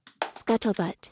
Scuttlebutt